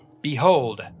Behold